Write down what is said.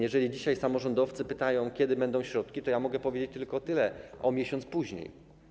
Jeżeli dzisiaj samorządowcy pytają, kiedy będą środki, to ja mogę powiedzieć tylko, że będą miesiąc później.